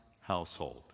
household